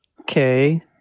Okay